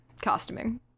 Costuming